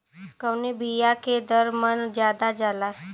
कवने बिया के दर मन ज्यादा जाला?